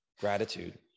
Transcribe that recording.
gratitude